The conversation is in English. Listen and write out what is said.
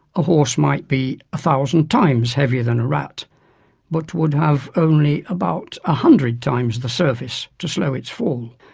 a horse might be a thousand times heavier than a rat but would have only about a hundred times the surface to slow its fall.